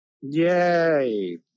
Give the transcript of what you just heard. Yay